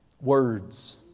Words